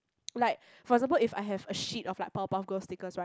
like for example if I have a sheet of like Powerpuff Girls stickers right